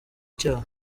icyaha